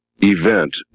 event